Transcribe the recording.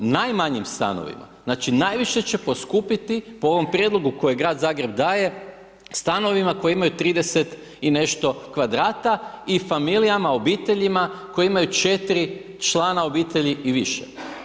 Najmanjim stanovima, znači najviše će poskupiti po ovom prijedlogu koje Grad Zagreb daje, stanovima koje imaju 30 i nešto kvadrata i familijama, obiteljima, koji imaju 4 člana obitelji i više.